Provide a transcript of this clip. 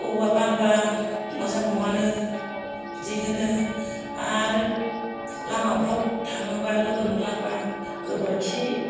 औवा बानबा मोजां नङानो बिदि होनो आरो लामाफ्राव थाङोबा लोगो मोनलांबा गोबोरखि